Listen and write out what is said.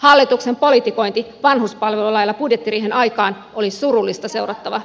hallituksen politikointi vanhuspalvelulailla budjettiriihen aikaan oli surullista seurattavaa